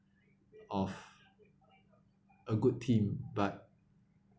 of a good team but